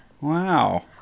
Wow